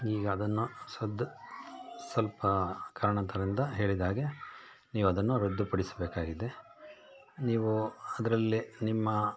ಈಗ ಅದನ್ನು ಸದ್ ಸ್ವಲ್ಪ ಕಾರಣಾಂತರ್ದಿಂದ ಹೇಳಿದ ಹಾಗೆ ನೀವು ಅದನ್ನು ರದ್ದುಪಡಿಸಬೇಕಾಗಿದೆ ನೀವು ಅದರಲ್ಲೆ ನಿಮ್ಮ